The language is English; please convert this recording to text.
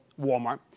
Walmart